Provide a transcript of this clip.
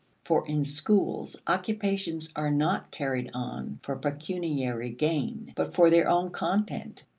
for in schools, occupations are not carried on for pecuniary gain but for their own content.